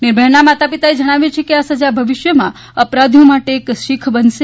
નિર્ભયાના માતા પિતાએ જણાવ્યું કે આ સજા ભવિષ્યમાં અપરાધીઓ માટે એક શીખ બનશે